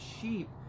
sheep